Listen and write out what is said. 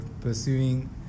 pursuing